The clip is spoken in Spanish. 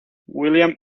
william